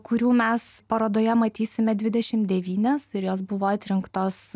kurių mes parodoje matysime dvidešim devynias ir jos buvo atrinktos